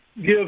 give